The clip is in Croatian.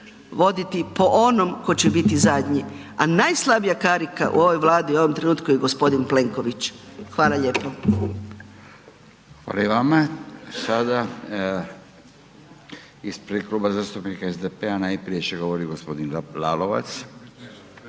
voditi po onome ko će biti zadnji. A najslabija karika u ovoj Vladi u ovom trenutku je gospodin Plenković. Hvala lijepo. **Radin, Furio (Nezavisni)** Hvala i vama. Sada ispred Kluba zastupnika SDP-a najprije će govoriti gospodin Lalovac.